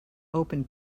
open